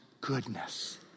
goodness